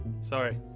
Sorry